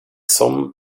some